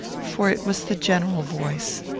for it was the general voice.